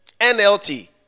NLT